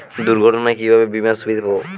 দুর্ঘটনায় কিভাবে বিমার সুবিধা পাব?